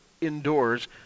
indoors